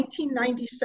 1997